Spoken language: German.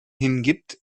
hingibt